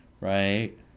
right